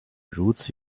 如此